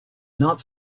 not